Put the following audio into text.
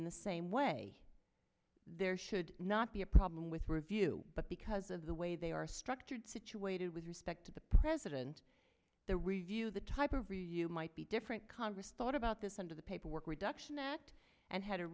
in the same way there should not be a problem with review but because of the way they are structured situated with respect to the president the review the type of review might be different congress thought about this under the paperwork reduction act and had a